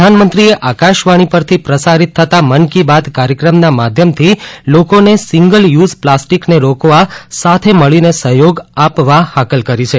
પ્રધાનમંત્રીએ આકાશવાણી પરથી પ્રસારિત થવા મન કી બાત કાર્યક્રમના માધ્યમથી લોકોને સિંગલ યુઝ પ્લાસ્ટીકને રોકવા સાથે મળીને સહયોગ આપવા હાકલ કરી છે